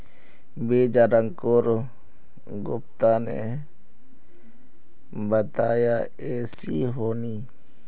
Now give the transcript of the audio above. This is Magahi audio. बीज आर अंकूर गुप्ता ने बताया ऐसी होनी?